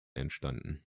entstanden